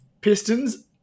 Pistons